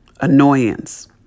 annoyance